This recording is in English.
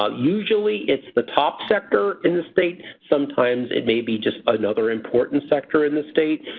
um usually it's the top sector in the state, sometimes it may be just another important sector in the state.